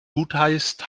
gutheißt